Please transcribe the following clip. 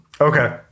Okay